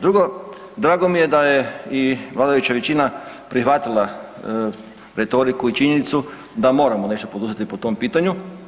Drugo, drago mi je da je i vladajuća većina prihvatila retoriku i činjenicu da moramo nešto poduzeti po tom pitanju.